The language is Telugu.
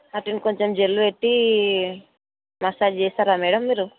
వాటిని కొంచం జెల్ పెట్టి మసాజ్ చేస్తారా మ్యాడమ్ మీరు